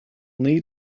need